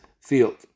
field